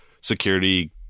security